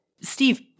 Steve